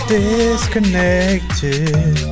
disconnected